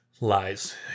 Lies